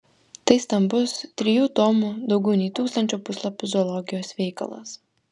tai stambus trijų tomų daugiau nei tūkstančio puslapių zoologijos veikalas